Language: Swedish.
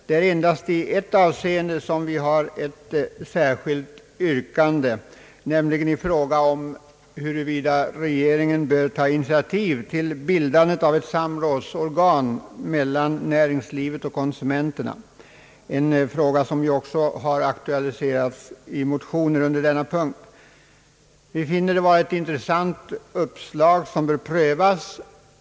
Det är endast i ett avseende som vi har ett särskilt yrkande, nämligen i frågan huruvida regeringen bör ta initiativ till bildandet av ett organ för samråd mellan näringslivet och konsumenterna, en fråga som ju också har aktualiserats i motioner under denna punkt. Vi finner det vara ett intressant uppslag som bör prövas.